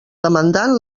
demandant